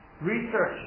research